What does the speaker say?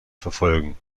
verfolgen